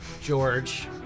George